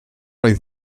oedd